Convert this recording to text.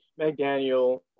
McDaniel